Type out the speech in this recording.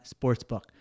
sportsbook